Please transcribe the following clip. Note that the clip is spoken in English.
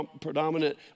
predominant